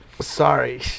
sorry